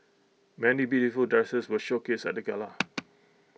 many beautiful dresses were showcased at the gala